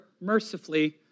mercifully